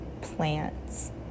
plants